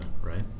right